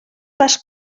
pas